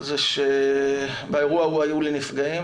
זה שבאירוע ההוא היו לי נפגעים,